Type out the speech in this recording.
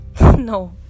No